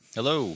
Hello